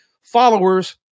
followers